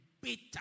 bitter